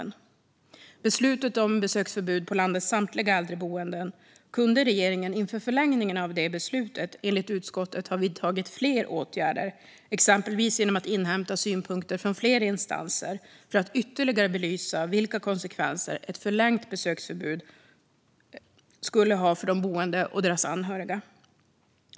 Inför förlängningen av beslutet om besöksförbud på landets samtliga äldreboenden kunde regeringen, enligt utskottet, ha vidtagit fler åtgärder, exempelvis genom att inhämta synpunkter från fler instanser för att ytterligare belysa vilka konsekvenser ett förlängt besöksförbud skulle ha för de boende och deras anhöriga.